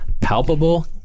palpable